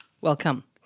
Welcome